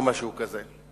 או משהו כזה.